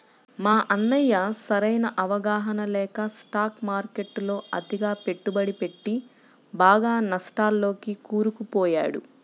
మా అన్నయ్య సరైన అవగాహన లేక స్టాక్ మార్కెట్టులో అతిగా పెట్టుబడి పెట్టి బాగా నష్టాల్లోకి కూరుకుపోయాడు